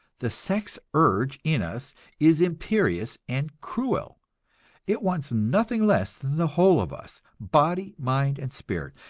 the sex urge in us is imperious and cruel it wants nothing less than the whole of us, body, mind and spirit,